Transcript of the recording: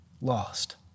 lost